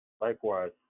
likewise